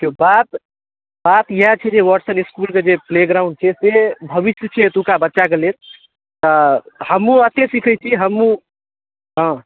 देखियौ बात बात इएह छै जे वाटसन इसकुलके जे प्ले ग्राउण्ड छै से भविष्य छै एत्तौका बच्चाक लेल त हमहूँ एत्तहि सिखय छी हमहूँ हाँ